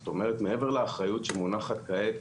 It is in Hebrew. זאת אומרת, מעבר לאחריות שמונחת כעת